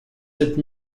sept